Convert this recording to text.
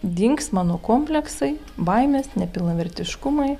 dings mano kompleksai baimės nepilnavertiškumai